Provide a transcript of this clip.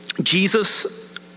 Jesus